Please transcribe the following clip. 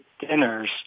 dinners